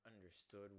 understood